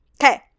okay